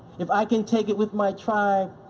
if i can take it with my tribe,